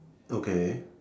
okay